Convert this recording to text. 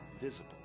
visible